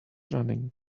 running